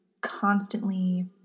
constantly